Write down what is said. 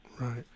Right